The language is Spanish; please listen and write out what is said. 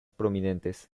prominentes